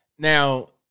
Now